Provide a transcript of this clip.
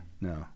No